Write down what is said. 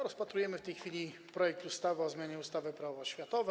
Rozpatrujemy w tej chwili projekt ustawy o zmianie ustawy Prawo oświatowe.